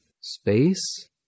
space